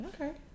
Okay